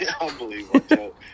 unbelievable